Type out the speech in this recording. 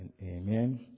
Amen